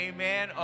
Amen